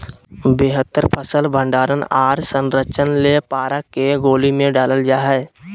बेहतर फसल भंडारण आर संरक्षण ले पारा के गोली अनाज मे डालल जा हय